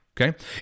Okay